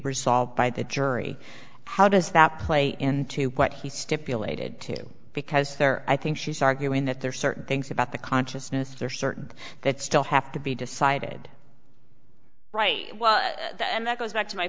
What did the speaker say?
resolved by the jury how does that play into what he stipulated to because there i think she's arguing that there are certain things about the consciousness there are certain that still have to be decided right well and that goes back to my